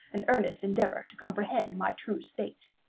and earnest endeavor to comprehend my true state.